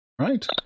Right